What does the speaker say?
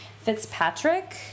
Fitzpatrick